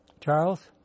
Charles